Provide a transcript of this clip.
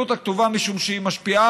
בעיתונות הכתובה, משום שהיא משפיעה.